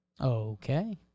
Okay